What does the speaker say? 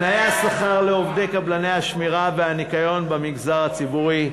תנאי השכר לעובדי קבלני השמירה והניקיון במגזר הציבורי.